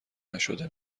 نشده